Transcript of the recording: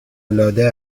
العاده